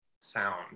sound